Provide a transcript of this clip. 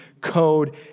code